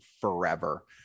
forever